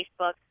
Facebook